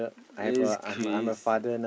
that's crazy